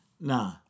nah